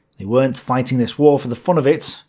they weren't fighting this war for the fun of it,